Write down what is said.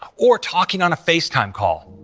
or talking on a facetime call.